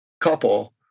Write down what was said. Couple